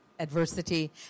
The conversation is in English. adversity